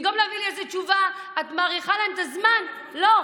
במקום להביא לי איזו תשובה "את מאריכה להם את הזמן" לא,